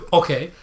okay